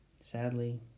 sadly